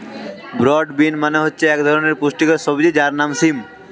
broad bean মানে হচ্ছে এক ধরনের পুষ্টিকর সবজি যার নাম সিম